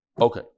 Okay